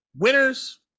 winners